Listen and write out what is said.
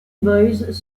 boys